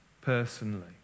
personally